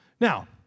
Now